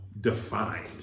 defined